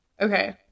okay